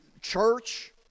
church